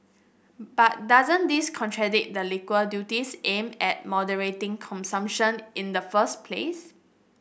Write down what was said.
but doesn't this contradict the liquor duties aimed at moderating consumption in the first place